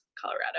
colorado